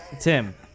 Tim